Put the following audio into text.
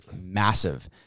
massive